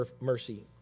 mercy